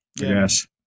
Yes